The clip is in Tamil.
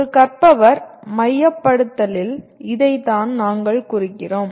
ஒரு கற்பவர் மையப்படுத்தலில் இதைத்தான் நாங்கள் குறிக்கிறோம்